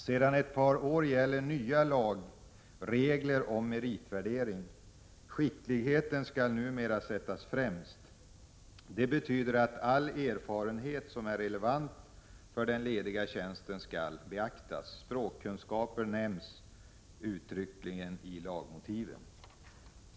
Sedan ett par år gäller nya lagregler om meritvärdering. Skickligheten skall numera sättas främst. Det betyder att all erfarenhet som är relevant för den lediga tjänsten skall beaktas. Språkkunskaper nämns därvid uttryckligen i lagmotiven.